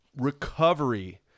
recovery